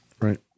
Right